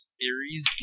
theories